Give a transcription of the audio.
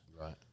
Right